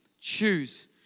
Choose